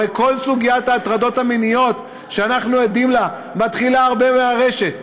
הרי כל סוגית ההטרדות המיניות שאנחנו עדים לה מתחילה הרבה מהרשת,